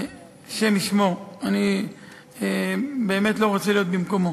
השם ישמור, אני באמת לא רוצה להיות במקומו.